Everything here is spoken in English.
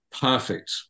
perfect